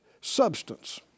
substance